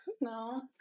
No